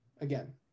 again